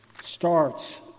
starts